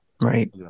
Right